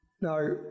now